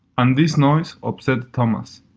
and this noise upset thomas.